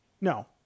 No